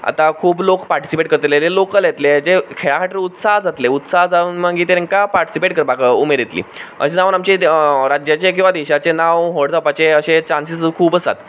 आतां खूब लोक पार्टिसिपेट करतले लॉकल येतले जे खेळा खातीर उत्साह जातले उत्साह जावून मागीर ते तेंकां पार्टिसिपेट करपाक उमेद येतली अशें जावून आमचें राज्याचें किंवां देशाचें नांव व्हड जावपाचें अशे चान्सीस खूब आसात